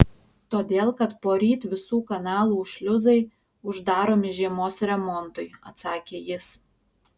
todėl kad poryt visų kanalų šliuzai uždaromi žiemos remontui atsakė jis